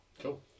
Cool